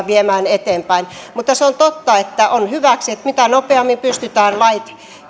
viemään eteenpäin mutta se on totta että on hyväksi mitä nopeammin pystytään lait